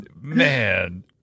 Man